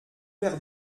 verres